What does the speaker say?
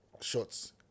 shots